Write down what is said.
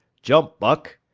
jump, buck!